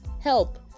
help